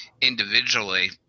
individually